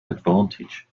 advantage